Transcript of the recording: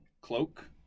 cloak